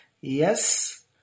Yes